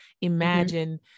imagine